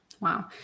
wow